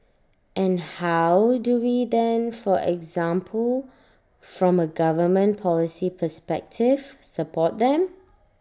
and how do we then for example from A government policy perspective support them